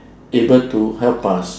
able to help us